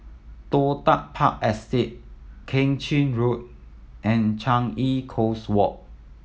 Toh Tuck Park Estate Keng Chin Road and Changi Coast Walk